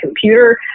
computer